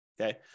Okay